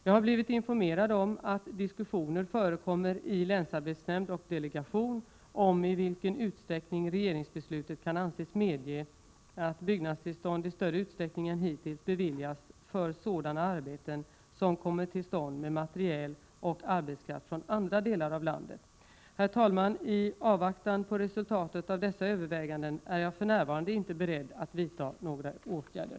Jag har blivit informerad om att diskussioner förekommer i länsarbetsnämnd och delegation om i vilken utsträckning regeringsbeslutet kan anses medge att byggnadstillstånd i större utsträckning än hittills beviljas för sådana arbeten som kommer till stånd med material och arbetskraft från andra delar av landet. I avvaktan på resultatet av dessa överväganden är jag för närvarande inte beredd att vidta några åtgärder.